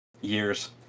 years